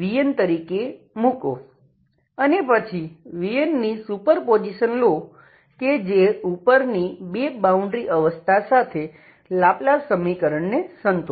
vn તરીકે મૂકો અને પછી vn ની સુપરપોઝિશન લો કે જે ઉપરની બે બાઉન્ડ્રી અવસ્થા સાથે લાપ્લાસ સમીકરણને સંતોષે